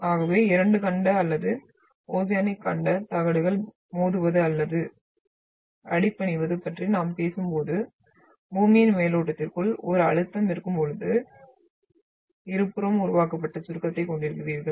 ஆகவே இரண்டு கண்ட அல்லது ஓசியானிக் கண்டத் தகடுகள் மோதுவது அல்லது அடிபணிவது பற்றி நாம் பேசும்போது பூமியின் மேலோட்டத்திற்குள் ஒரு அழுத்தம் இருக்கும்போது இருபுறமும் உருவாக்கப்பட்ட சுருக்கத்தைக் கொண்டிருக்கிறீர்கள்